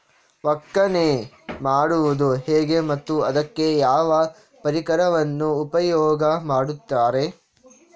ಒಕ್ಕಣೆ ಮಾಡುವುದು ಹೇಗೆ ಮತ್ತು ಅದಕ್ಕೆ ಯಾವ ಪರಿಕರವನ್ನು ಉಪಯೋಗ ಮಾಡುತ್ತಾರೆ?